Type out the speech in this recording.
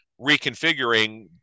reconfiguring